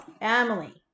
Emily